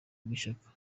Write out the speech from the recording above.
bw’ishyaka